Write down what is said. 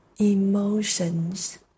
Emotions